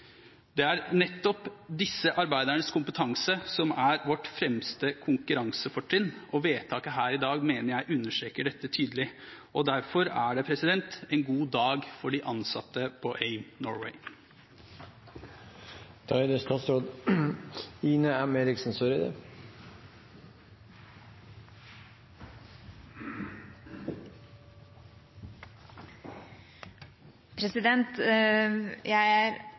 Det er nettopp disse arbeidernes kompetanse som er vårt fremste konkurransefortrinn. Vedtaket her i dag mener jeg understreker dette tydelig, derfor er det en god dag for de ansatte på AIM Norway. Jeg er